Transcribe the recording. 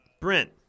Brent